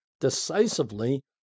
decisively